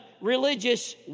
Religious